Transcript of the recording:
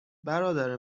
برادر